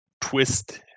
twist